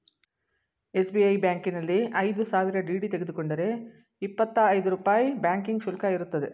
SBI ಬ್ಯಾಂಕಿನಲ್ಲಿ ಐದು ಸಾವಿರ ಡಿ.ಡಿ ತೆಗೆದುಕೊಂಡರೆ ಇಪ್ಪತ್ತಾ ಐದು ರೂಪಾಯಿ ಬ್ಯಾಂಕಿಂಗ್ ಶುಲ್ಕ ಇರುತ್ತದೆ